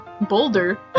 Boulder